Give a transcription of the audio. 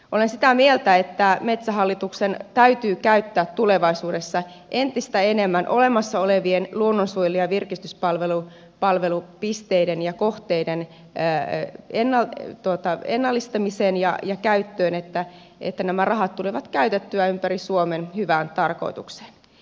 olen sitä mieltä että metsähallituksen täytyy käyttää tulevaisuudessa entistä enemmän varoja olemassa olevien luonnonsuojelu ja virkistyspalvelupisteiden ja kohteiden ennallistamiseen ja käyttöön jotta nämä rahat tulee käytettyä ympäri suomen hyvään tarkoitukseen